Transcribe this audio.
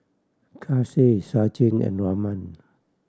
Kailash Sachin and Raman